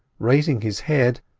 raising his head,